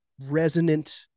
resonant